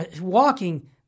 walking